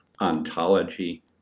ontology